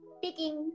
picking